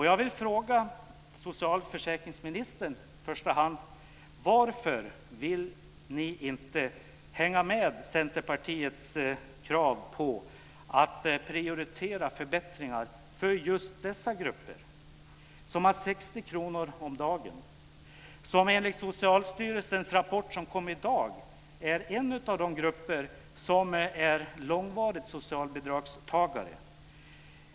Jag vill fråga socialförsäkringsministern i första hand: Varför vill ni inte hänga med på Centerpartiets krav på att prioritera förbättringar för just de grupper som har 60 kr om dagen? Enligt Socialstyrelsens rapport, som kom i dag, är de en av de grupper som långvarigt är socialbidragstagare.